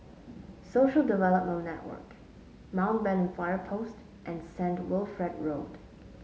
Social Development Network Mountbatten Fire Post and Saint Wilfred Road